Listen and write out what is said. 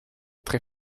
très